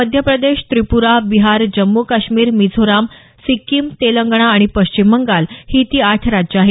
मध्य प्रदेश त्रिप्रा बिहार जम्मू कश्मीर मिझोरम सिक्कीम तेलंगणा आणि पश्चिम बंगाल ही ती आठ राज्यं आहेत